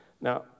Now